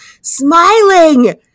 smiling